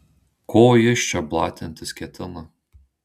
ko jis čia blatintis ketina